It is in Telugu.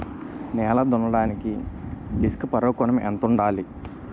నేల దున్నడానికి డిస్క్ ఫర్రో కోణం ఎంత ఉండాలి?